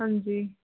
ਹਾਂਜੀ